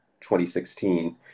2016